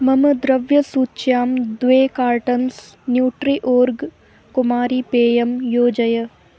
मम द्रव्यसूच्यां द्वे कार्टन्स् न्यूट्रि ओर्ग कुमारीपेयं योजय